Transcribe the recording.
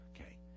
Okay